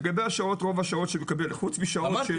לגבי השעות רוב השעות שמקבל חוץ משעות,